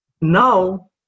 now